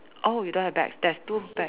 oh you don't have bags there's two